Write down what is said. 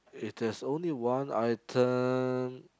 if there's only one item